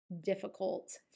difficult